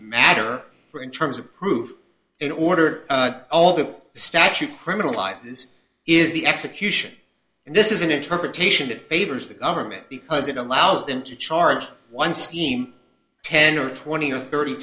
matter or in terms of prove in order all the statute criminalizes is the execution and this is an interpretation that favors the government because it allows them to charge one scheme ten or twenty or thirty